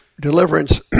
deliverance